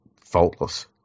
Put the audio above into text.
faultless